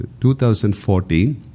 2014